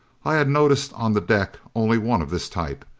i had noticed on the deck only one of this type.